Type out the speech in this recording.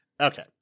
Okay